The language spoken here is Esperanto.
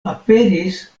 aperis